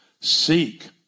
Seek